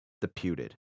Deputed